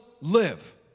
live